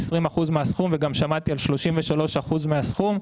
20% מהסכום וגם שמעתי על 33% מהסכום.